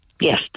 yes